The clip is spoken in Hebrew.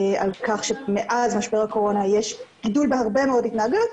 על כך שמאז משבר הקורונה יש גידול בהרבה מאוד התנהגויות,